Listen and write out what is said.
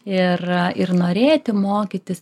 ir ir norėti mokytis